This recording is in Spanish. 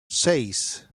seis